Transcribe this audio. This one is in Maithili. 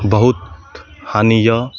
बहुत हानि यऽ